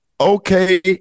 Okay